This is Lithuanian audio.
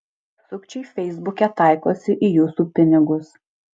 sukčiai feisbuke taikosi į jūsų pinigus